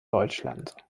deutschland